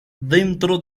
dentro